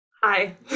Hi